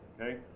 okay